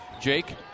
Jake